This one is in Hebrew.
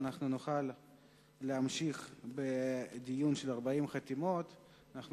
ואנחנו נוכל לקיים דיון בעקבות חתימותיהם של 40 חברי כנסת.